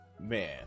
man